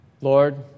Lord